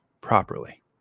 properly